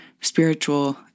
spiritual